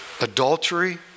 Adultery